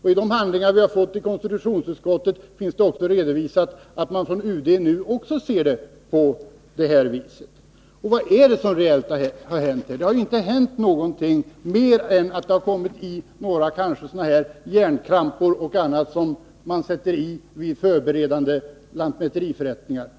I de handlingar vi har fått från konstitutionsutskottet finns det redovisat att man på UD ser Nr 154 saken på det här viset. Onsdagen den Vad är det som reellt har hänt i frågan? Det har inte hänt någonting mer än 25 maj 1983 att det också fästs några järnkrampor och annat material som används vid förberedande lantmäteriförrättningar.